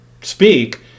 speak